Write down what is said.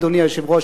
אדוני היושב-ראש,